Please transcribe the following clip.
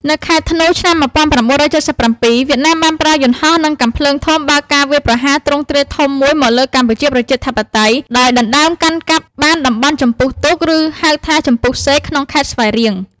នៅខែធ្នូ ឆ្នាំ ១៩៧៧ វៀតណាមបានប្រើយន្តហោះ និងកាំភ្លើងធំបើកការវាយប្រហារទ្រង់ទ្រាយធំមួយមកលើកម្ពុជាប្រជាធិបតេយ្យ ដោយដណ្តើមកាន់កាប់បានតំបន់ចំពុះទូក ឬ ហៅថា ចំពុះសេក ក្នុងខេត្តស្វាយរៀង។